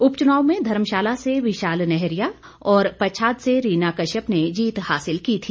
उपच्नाव में धर्मशाला से विशाल नैहरिया और पच्छाद से रीना कश्यप ने जीत हासिल की थी